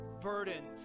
burdened